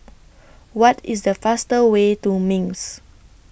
What IS The fastest Way to Minsk